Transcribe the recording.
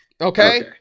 Okay